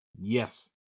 Yes